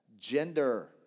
Gender